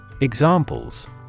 Examples